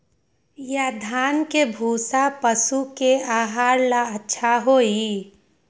या धान के भूसा पशु के आहार ला अच्छा होई?